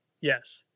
Yes